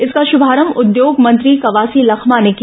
इसका शुभारंभ उद्योग मंत्री कवासी लखमा ने किया